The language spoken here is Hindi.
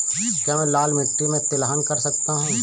क्या मैं लाल मिट्टी में तिलहन कर सकता हूँ?